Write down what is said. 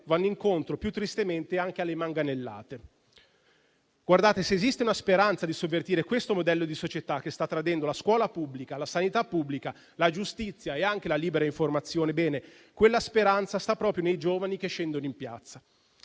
vanno incontro, più tristemente, anche alle manganellate. Se esiste una speranza di sovvertire questo modello di società che sta tradendo la scuola pubblica, la sanità pubblica, la giustizia e anche la libera informazione, bene, quella speranza sta proprio nei giovani che scendono in piazza.